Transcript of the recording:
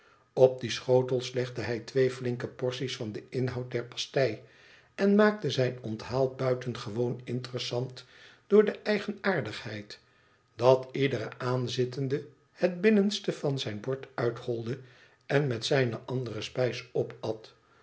op die schotels legde hij twee flinke porties van den inhoud der pastei en maakte zijn onthaal buitengewoon interessant door de eigenaardigheid dat iedere aanzittende het binnenste van zijn bord uitholde en met zijne andere spijs opat